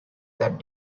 that